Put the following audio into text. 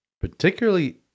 particularly